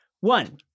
One